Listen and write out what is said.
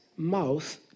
mouth